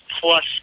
plus